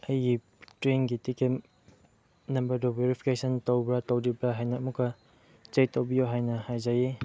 ꯑꯩꯒꯤ ꯇ꯭ꯔꯦꯟꯒꯤ ꯇꯤꯛꯀꯦꯠ ꯅꯝꯕꯔꯗꯨ ꯚꯦꯔꯤꯐꯤꯀꯦꯁꯟ ꯇꯧꯕ꯭ꯔꯥ ꯇꯧꯗ꯭ꯔꯤꯕ꯭ꯔꯥ ꯍꯥꯏꯅ ꯑꯃꯨꯛꯀ ꯆꯦꯛ ꯇꯧꯕꯤꯌꯣ ꯍꯥꯏꯅ ꯍꯥꯏꯖꯔꯤ